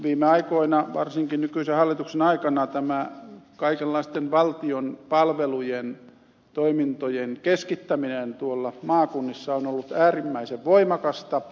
viime aikoina varsinkin nykyisen hallituksen aikana tämä kaikenlaisten valtion palvelujen toimintojen keskittäminen tuolla maakunnissa on ollut äärimmäisen voimakasta